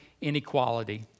inequality